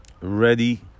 ready